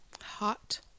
Hot